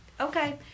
Okay